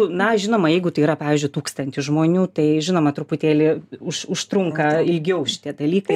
na žinoma jeigu tai yra pavyzdžiui tūkstantis žmonių tai žinoma truputėlį už užtrunka ilgiau šitie dalykai